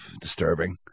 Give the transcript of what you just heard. disturbing